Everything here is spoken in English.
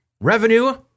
revenue